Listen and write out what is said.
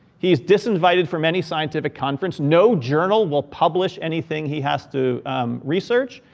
he's disinvited from any scientific conference. no journal will publish anything he has to research.